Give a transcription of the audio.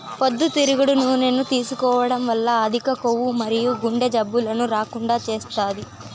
పొద్దుతిరుగుడు నూనెను తీసుకోవడం వల్ల అధిక కొవ్వు మరియు గుండె జబ్బులను రాకుండా చేస్తాది